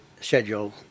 schedule